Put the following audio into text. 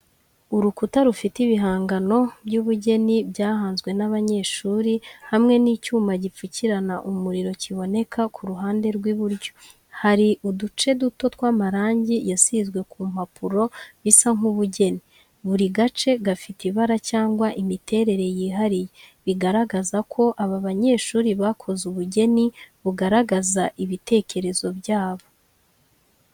Urukuta rufite ibihangano by’ubugeni byahanzwe n’abanyeshuri, hamwe n’icyuma gipfukirana umuriro kiboneka ku ruhande rw’iburyo. Hari uduce duto tw’amarangi yasizwe ku mpapuro bisa nk’ubugeni, buri gace gafite ibara cyangwa imiterere yihariye, bigaragaza ko aba banyeshuri bakoze ubugeni bugaragaza ibitekerezo byabo.